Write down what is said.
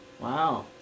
Wow